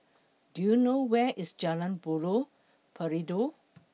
Do YOU know Where IS Jalan Buloh Perindu